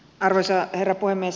arvoisa herra puhemies